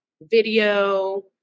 video